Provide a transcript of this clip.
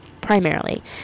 primarily